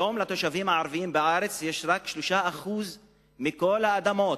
היום, לתושבים הערבים בארץ יש רק 3% מכל האדמות.